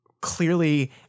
clearly